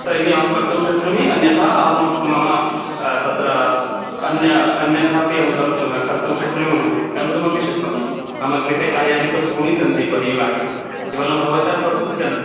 तर्हि अहं कर्तुं शक्नोमि अन्यथा म् मम तत्र अन्य अन्यथापि अहं ग कर्तुं शक्नोमि महोदय गन्तुमपि शक्नोमि मम कृते कार्याणि तु बहूनि सन्ति बहिर्भागे केवलं भवतः प्रकोष्ठे न